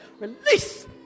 release